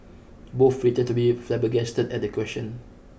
both pretend to be flabbergasted at the question